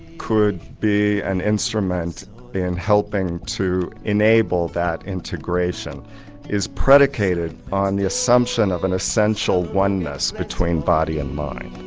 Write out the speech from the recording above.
could be an instrument in helping to enable that integration is predicated on the assumption of an essential oneness between body and mind.